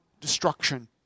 destruction